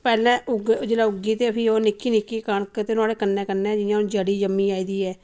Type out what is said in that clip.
पैहले जिल्ले उग्गी ते निक्की निक्की कनक ते नुआढ़े कन्नै कन्नै जियां जड़ी उग्गी आई दी ऐ